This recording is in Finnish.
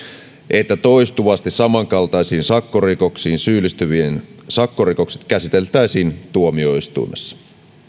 että toistuvasti samankaltaisiin sakkorikoksiin syyllistyvien sakkorikokset käsiteltäisiin tuomioistuimessa